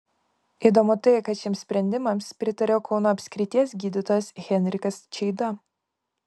įdomu tai kad šiems sprendimams pritaria kauno apskrities gydytojas henrikas čeida